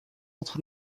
entre